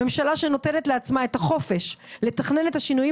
הממשלה שנותנת לעצמה את החופש לתכנן את השינויים